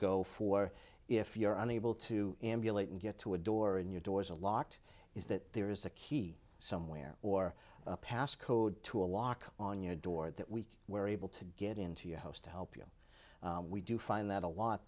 go for if you're unable to emulate and get to a door and your doors are locked is that there is a key somewhere or a pass code to a lock on your door that we were able to get into your house to help you we do find that a lot